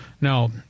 Now